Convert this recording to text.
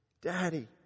Daddy